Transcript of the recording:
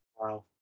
Wow